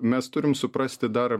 mes turim suprasti dar